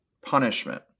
punishment